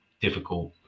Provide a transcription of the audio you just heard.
difficult